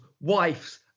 wives